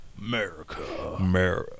America